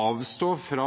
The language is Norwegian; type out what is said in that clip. avstå fra